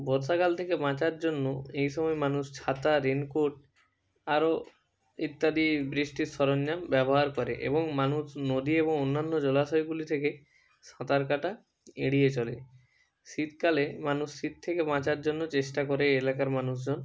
বর্ষাকাল থেকে বাঁচার জন্য এই সময় মানুষ ছাতা রেনকোট আরও ইত্যাদি বৃষ্টির সরঞ্জাম ব্যবহার করে এবং মানুষ নদী এবং অন্যান্য জলাশয়গুলি থেকে সাঁতার কাটা এড়িয়ে চলে শীতকালে মানুষ শীত থেকে বাঁচার জন্য চেষ্টা করে এলাকার মানুষজন